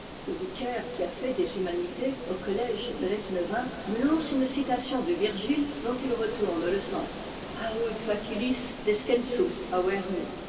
le vicaire qui a fait des humanités au collège de lesneven me lance une citation de virgile dont il retourne le sens